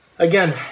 Again